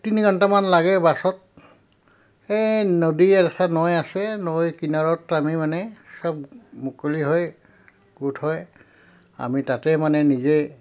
তিনি ঘণ্টামান লাগে বাছত এই নদী আছে নৈ আছে নৈ কিনাৰত আমি মানে চব মুকলি হৈ গোট হৈ আমি তাতে মানে নিজে